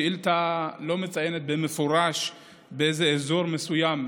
בשאילתה כפי שקיבלנו אותה לא צוין במפורש אזור מסוים,